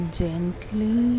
gently